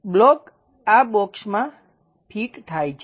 block આ બોક્સમાં fit થાય છે